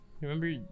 remember